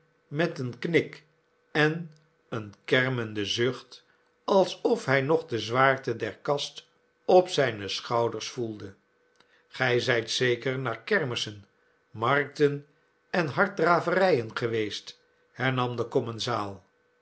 met een knik en een kermenden zucht alsof hij nog de zwaarte der kastop zijne schouders voelde gij zijt zeker naar kermissen markten en harddraverijen geweest hernam de